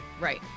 Right